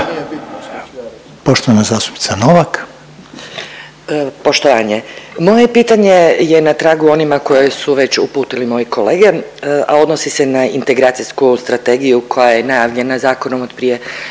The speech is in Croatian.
Poštovanje, moje pitanje je na tragu onima koje su već uputili moje kolege, a odnosi se na integracijsku strategiju koja je najavljena zakonom od prije